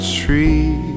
tree